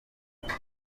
bwiza